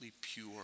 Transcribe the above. pure